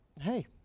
hey